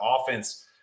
offense